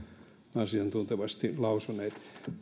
ja asiantuntevasti lausuneet